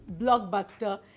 blockbuster